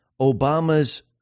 Obama's